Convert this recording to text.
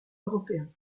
européen